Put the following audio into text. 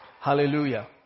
Hallelujah